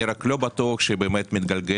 אני רק לא בטוח שבאמת היא מתגלגלת